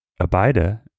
Abida